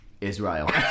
Israel